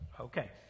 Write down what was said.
okay